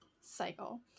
cycle